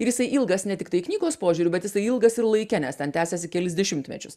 ir jisai ilgas ne tiktai knygos požiūriu bet jisai ilgas ir laike nes ten tęsiasi kelis dešimtmečius